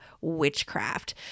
witchcraft